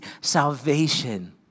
salvation